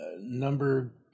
number